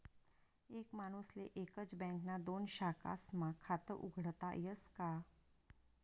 एक माणूसले एकच बँकना दोन शाखास्मा खातं उघाडता यस का?